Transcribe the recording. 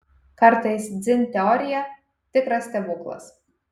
kartais dzin teorija tikras stebuklas